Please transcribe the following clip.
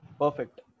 Perfect